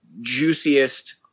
juiciest